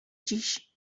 dziś